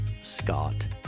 Scott